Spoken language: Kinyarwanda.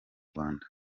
rwanda